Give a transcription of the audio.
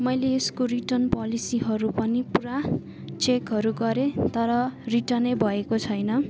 मैले यसको रिटर्न पोलिसीहरू पनि पुरा चेकहरू गरे तर रिटर्न भएको छैन